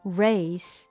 race